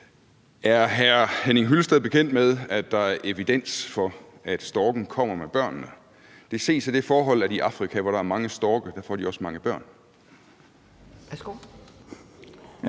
hr. Henning Hyllested bekendt med, at der er evidens for, at storken kommer med børnene? Det ses af det forhold, at i Afrika, hvor der er mange storke, får de også mange børn.